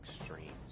extremes